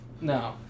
no